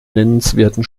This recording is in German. nennenswerten